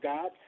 God